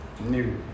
new